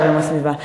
ועכשיו יום הסביבה.